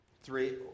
Three